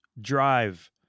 drive